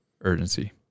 urgency